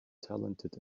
talented